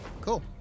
Cool